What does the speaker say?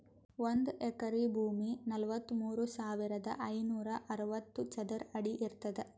ಒಂದ್ ಎಕರಿ ಭೂಮಿ ನಲವತ್ಮೂರು ಸಾವಿರದ ಐನೂರ ಅರವತ್ತು ಚದರ ಅಡಿ ಇರ್ತದ